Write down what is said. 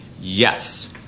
Yes